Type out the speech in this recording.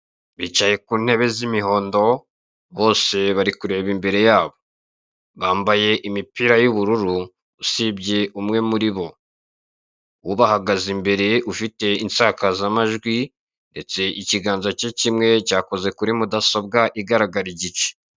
Bicaye ku ntebe z'imihondo bose bari kureba imbere yabo bambaye imipira y'ubururu usibye umwe muri bo ubahagaze imbere ufite insakazamajwi ndetse ikiganza kimwe cyakoze kuri mudasobwa igaragara igice.